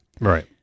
Right